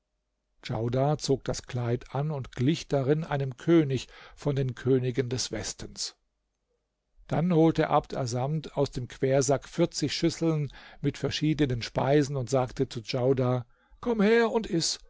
djaudar zog das kleid an und glich darin einem könig von den königen des westens dann holte abd assamd aus dem quersack vierzig schüsseln mit verschiedenen speisen und sagte zu djaudar komm her und iß